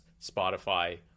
spotify